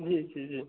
जी जी जी